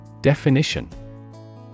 Definition